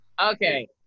Okay